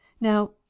now